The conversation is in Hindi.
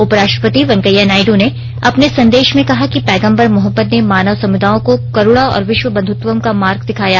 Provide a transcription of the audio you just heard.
उपराष्ट्रपति वेंकैया नायडु ने अपने संदेश में कहा कि पैगम्बर मोहम्मद ने मानव समुदाय को करुणा और विश्व् बंधुत्वम का मार्ग दिखाया